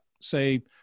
say